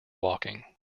walking